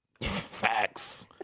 Facts